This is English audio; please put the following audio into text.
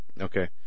Okay